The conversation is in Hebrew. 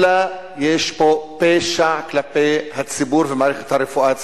אלא יש פה פשע כלפי הציבור ומערכת הרפואה הציבורית.